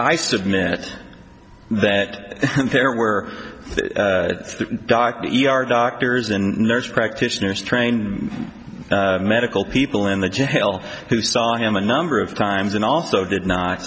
i submit that there were dark e r doctors and nurses practitioners trained medical people in the jail who saw him a number of times and also did